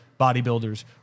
bodybuilders